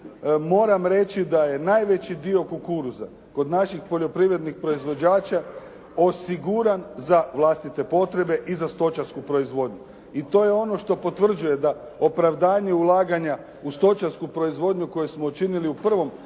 Moram reći d je najveći dio kukuruza kod naših poljoprivrednih proizvođača osiguran za vlastite potrebe i za stočarsku proizvodnju i to je ono što potvrđuje da opravdanje ulaganja u stočarsku proizvodnju koju smo činili u prvom